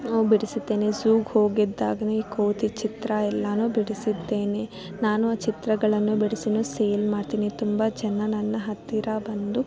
ಬಿಡಿಸಿದ್ದೇನೆ ಝೂಗೆ ಹೋಗಿದ್ದಾಗ್ನೆ ಕೋತಿ ಚಿತ್ರ ಎಲ್ಲಾ ಬಿಡಿಸಿದ್ದೇನೆ ನಾನು ಚಿತ್ರಗಳನ್ನು ಬಿಡಿಸಿ ಸೇಲ್ ಮಾಡ್ತೀನಿ ತುಂಬ ಜನ ನನ್ನ ಹತ್ತಿರ ಬಂದು